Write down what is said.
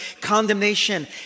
condemnation